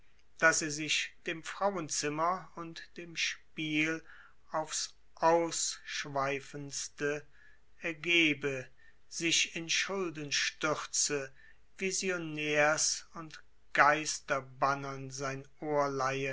daß er sich dem frauenzimmer und dem spiel aufs ausschweifendste ergebe sich in schulden stürze visionärs und geisterbannern sein ohr